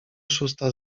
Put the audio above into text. szósta